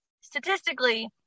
statistically